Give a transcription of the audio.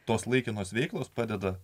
tos laikinos veiklos padeda